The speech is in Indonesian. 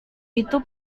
itu